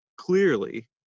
clearly